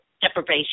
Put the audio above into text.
deprivation